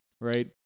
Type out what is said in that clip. right